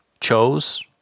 chose